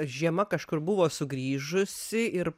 žiema kažkur buvo sugrįžusi ir